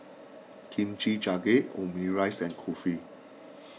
Kimchi Jjigae Omurice and Kulfi